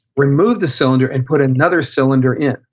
remove the cylinder, and put another cylinder in.